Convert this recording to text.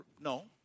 No